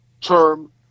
term